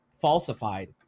falsified